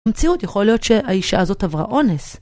במציאות יכול להיות שהאישה הזאת עברה אונס.